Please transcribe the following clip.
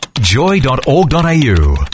Joy.org.au